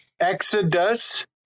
Exodus